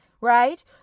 right